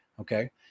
Okay